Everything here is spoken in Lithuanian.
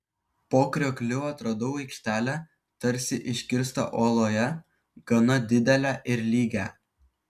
po kriokliu atradau aikštelę tarsi iškirstą uoloje gana didelę ir lygią